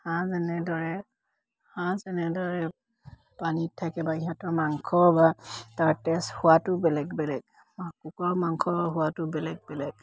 হাঁহ যেনেদৰে হাঁহ যেনেদৰে পানীত থাকে বা সিহঁতৰ মাংস বা তাৰ তেজ খোৱাতোও বেলেগ বেলেগ কুকুৰাৰ মাংস খোৱাটো বেলেগ বেলেগ